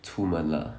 出门 lah